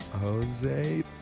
Jose